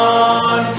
on